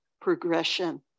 progression